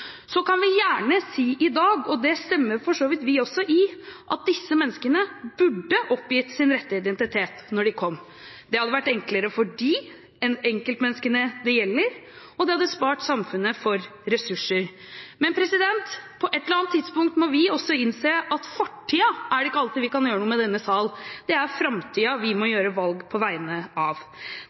Så kan vi gjerne si i dag – og det stemmer for så vidt vi også i – at disse menneskene burde ha oppgitt sin rette identitet da de kom. Det hadde vært enklere for enkeltmenneskene det gjelder, og det ville spart samfunnet for ressurser. Men på et eller annet tidspunkt må vi også innse at fortiden kan vi ikke alltid gjøre noe med i denne sal – det er framtiden vi må gjøre valg på vegne av.